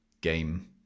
game